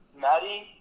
Maddie